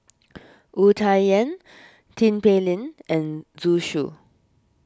Wu Tsai Yen Tin Pei Ling and Zhu Xu